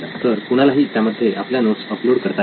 तर कुणालाही त्यामध्ये आपल्या नोट्स अपलोड करता याव्या